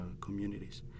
communities